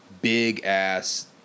big-ass